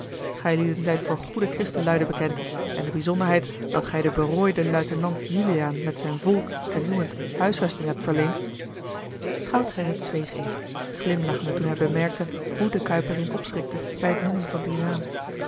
gijlieden zijt voor goede christenluiden bekend en de bijzonderheid dat gij den berooiden luitenant juliaan met zijn volk ten uwent huisvesting hebt verleend schout gerrit zweeg even glimlachende toen hij bemerkte hoe de kuiperin opschrikte bij het noemen van dien naam